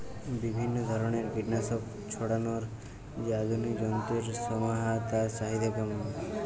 বিভিন্ন ধরনের কীটনাশক ছড়ানোর যে আধুনিক যন্ত্রের সমাহার তার চাহিদা কেমন?